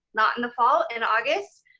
not in the fall, in august,